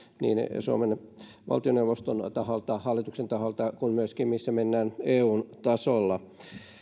niin suomen valtioneuvoston taholta hallituksen taholta kuin myöskin missä mennään eun tasolla